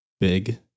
big